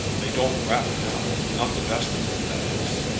they don't rap now not the best of them, that is.